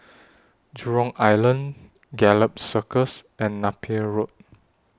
Jurong Island Gallop Circus and Napier Road